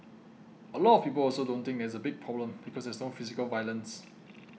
a lot of people also don't think that it's a big problem because there's no physical violence